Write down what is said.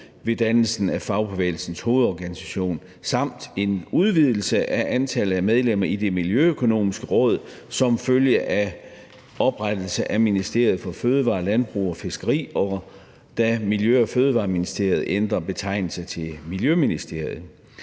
ved dannelsen af Fagbevægelsens Hovedorganisation. Endvidere indebærer lovforslaget en udvidelse af antallet af medlemmer i Det Miljøøkonomiske Råd som følge af oprettelse af Ministeriet for Fødevarer, Landbrug og Fiskeri, og da Miljø- og Fødevareministeriet ændrer betegnelse til Miljøministeriet.